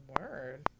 Word